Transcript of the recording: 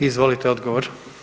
Izvolite odgovor.